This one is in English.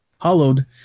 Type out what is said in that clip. hollowed